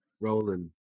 rolling